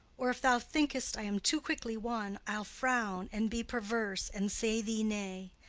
or if thou thinkest i am too quickly won, i'll frown, and be perverse, and say thee nay,